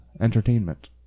entertainment